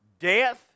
Death